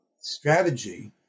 strategy